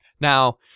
Now